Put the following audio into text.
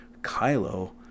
Kylo